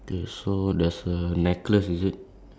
okay so that's another difference on the table there is